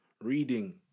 Reading